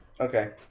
Okay